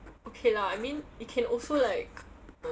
okay lah I mean it can also like